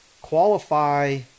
Qualify